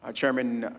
ah chairman,